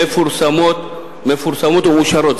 מפורסמות ומאושרות.